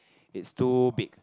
is too big